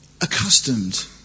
accustomed